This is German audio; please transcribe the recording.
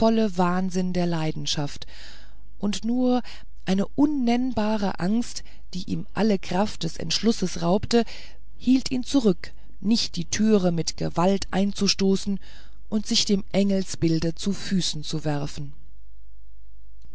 wahnsinn der leidenschaft und nur eine unnennbare angst die ihm alle kraft des entschlusses raubte hielt ihn zurück nicht die türe mit gewalt einzustoßen und sich dem engelsbilde zu füßen zu werfen